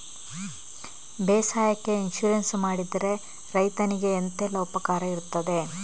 ಬೇಸಾಯಕ್ಕೆ ಇನ್ಸೂರೆನ್ಸ್ ಮಾಡಿದ್ರೆ ರೈತನಿಗೆ ಎಂತೆಲ್ಲ ಉಪಕಾರ ಇರ್ತದೆ?